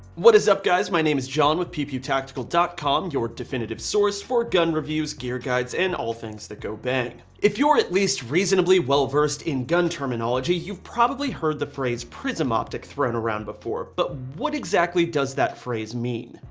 what is up guys? my name is john with pewpewtactical dot com your definitive source for gun reviews, gear guides, and all things that go beng. if you are at least reasonably well versed in gun terminology. you've probably heard the phrase prism optic thrown around before, but what exactly does that phrase mean?